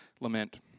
lament